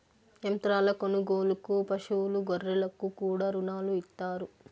యంత్రాల కొనుగోలుకు పశువులు గొర్రెలకు కూడా రుణాలు ఇత్తారు